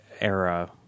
era